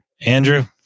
andrew